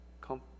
come